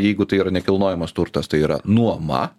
jeigu tai yra nekilnojamas turtas tai yra nuoma